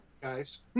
Guys